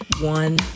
one